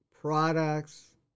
products